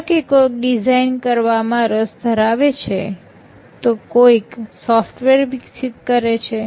ધારો કે કોઈક ડિઝાઇન કરવામાં રસ ધરાવે છે તો કોઈક સોફ્ટવેર વિકસિત કરે છે